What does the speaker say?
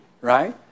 right